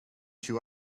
few